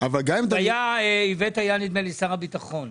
נדמה לי שאיווט היה שר הביטחון.